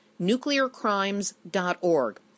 nuclearcrimes.org